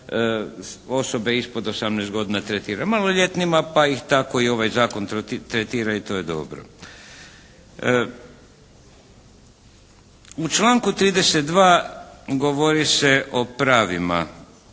U članku 32. govori se o pravima